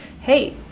hey